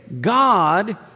God